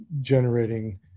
generating